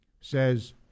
says